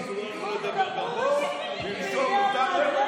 מנסור, אסור לנו לדבר,